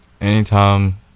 Anytime